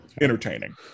entertaining